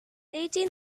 eighteen